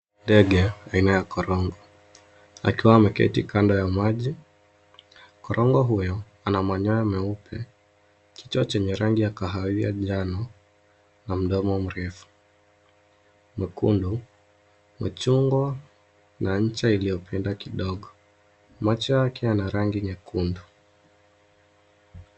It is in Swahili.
Ndege aina ya korongo, akiwa ameketi kando ya maji. Korongo huyu ana manyoya meupe, kichwa chenye rangi ya kahawia diano na mdomo mrefu mwekundu wa chungwa na ncha iliyopinda kidogo. Macho yake yana rangi nyekundu.